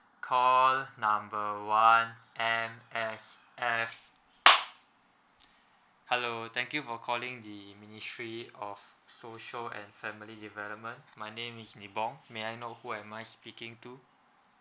call number one M_S_F hello thank you for calling the ministry of social and family development my name is ming bong may I know who am I speaking to